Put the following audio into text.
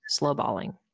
slowballing